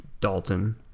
dalton